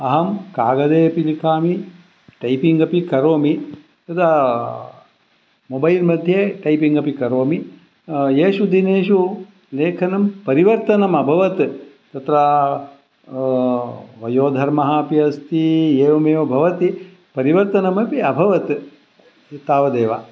अहं कागदेपि लिखामि टैपिङ्ग् अपि करोमि तदा मोबैल् मध्ये टैपिङ्ग् अपि करोमि एषु दिनेषु लेखनं परिवर्तनम् अभवत् तत्र वयोधर्मः अपि अस्ति एवमेव भवति परिवर्तनम् अपि अभवत् तावदेव